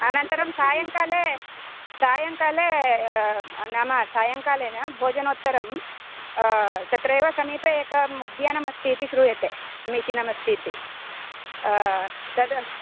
अनन्तरं सायङ्काले सायङ्काले नाम सायङ्काले न भोजनोत्तरं तत्रेव समीपे एकम् उद्यानमस्ति इति श्रूयते समीचिनमस्ति इति तद्